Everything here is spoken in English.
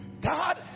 God